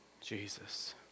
Jesus